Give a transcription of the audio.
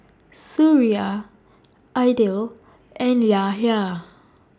Suria Aidil and Yahya